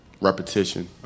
repetition